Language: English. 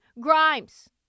Grimes